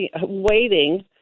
waiting